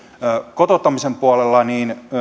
kotouttamisen puolella on